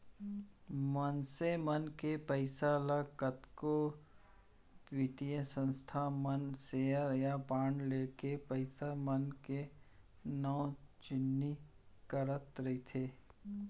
मनसे मन के पइसा ल कतको बित्तीय संस्था मन सेयर या बांड लेके पइसा मन के नवा जुन्नी करते रइथे